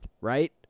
right